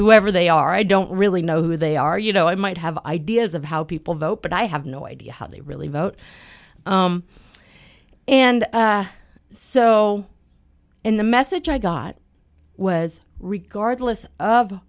whoever they are i don't really know who they are you know i might have ideas of how people vote but i have no idea how they really vote and so in the message i got was regardless of